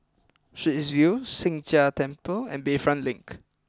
Straits View Sheng Jia Temple and Bayfront Link